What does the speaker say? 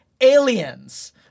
aliens